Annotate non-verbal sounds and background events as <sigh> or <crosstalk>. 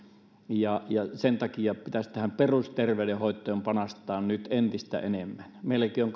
ja sen takia pitäisi tähän perusterveydenhoitoon panostaa nyt entistä enemmän meilläkin on <unintelligible>